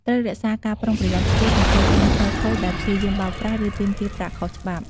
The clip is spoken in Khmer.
ត្រូវរក្សាការប្រុងប្រយ័ត្នខ្ពស់ចំពោះជនខិលខូចដែលព្យាយាមបោកប្រាស់ ឬទាមទារប្រាក់ខុសច្បាប់។